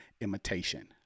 imitation